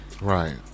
Right